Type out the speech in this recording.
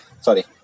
sorry